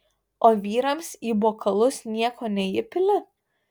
o vyrams į bokalus nieko neįpili